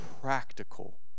practical